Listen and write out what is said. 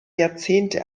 jahrzehnte